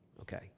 Okay